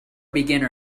beginner